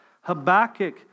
Habakkuk